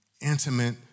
intimate